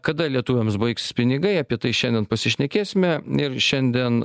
kada lietuviams baigs pinigai apie tai šiandien pasišnekėsime ir šiandien